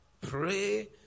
Pray